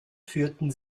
führten